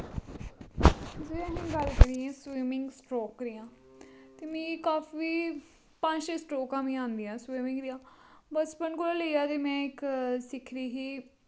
जियां में गल्ल करनी आं स्विमिंग स्ट्रोक दियां ते मिं काफी पंज छे स्ट्रोकां मिं आंदियां स्विमिंग दियां बसपन कोला लेइयै ते में इक सिक्खी दी ही